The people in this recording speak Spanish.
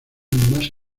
más